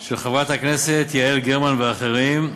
של חברת הכנסת יעל גרמן ואחרים,